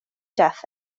deaf